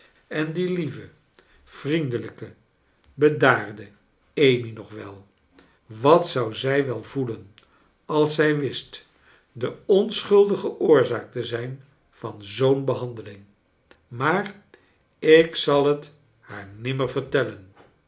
en die lieve vriendelijke bedaarde amy nog wel wat zou zij wel voelen als zij wist de onschuldige oorzaak te zijn van zoo'n behandeling maar ik zal het haar nimmer vertellen